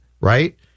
right